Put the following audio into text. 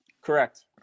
correct